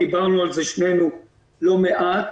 דיברנו על זה שנינו לא מעט.